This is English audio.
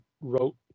wrote